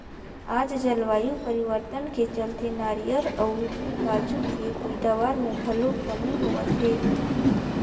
आज जलवायु परिवर्तन के चलते नारियर अउ काजू के पइदावार मे घलो कमी होवत हे